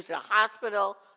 a hospital,